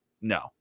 no